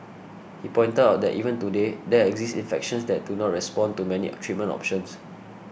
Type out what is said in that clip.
he pointed out that even today there exist infections that do not respond to many a treatment options